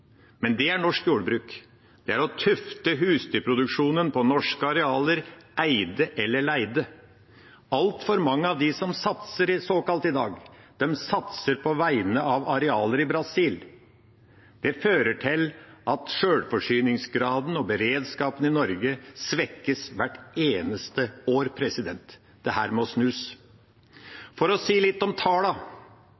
Men det er norsk jordbruk – det er å tufte husdyrproduksjonen på norske arealer, eide eller leide. Altfor mange av dem som såkalt satser i dag, satser på vegne av arealer i Brasil. Det fører til at sjølforsyningsgraden og beredskapen i Norge svekkes hvert eneste år. Dette må snus.